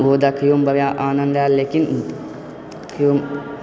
ओहो देखैयोमे बढ़िआँ आनन्द आयल लेकिन केओ